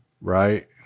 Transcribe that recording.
right